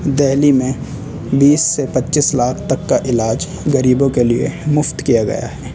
دہلی میں بیس سے پچیس لاکھ تک کا علاج غریبوں کے لیے مفت کیا گیا ہے